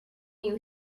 you